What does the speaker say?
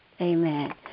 Amen